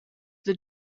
the